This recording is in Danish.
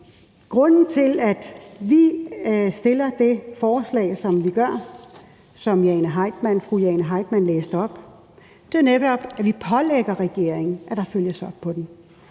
grunden til, at vi fremsætter det forslag, som vi gør, og som fru Jane Heitmann læste op, er jo netop, at vi vil pålægge regeringen, at der følges op på det.